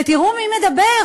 ותראו מי מדבר,